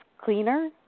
cleaner